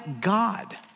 God